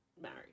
married